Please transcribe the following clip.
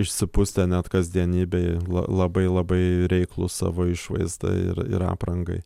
išsipustę net kasdienybėj la labai labai reiklūs savo išvaizdai ir ir aprangai